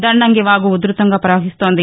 దండంగి వాగు ఉదృతంగా పవహిస్తోంది